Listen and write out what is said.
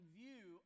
view